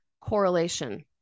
correlation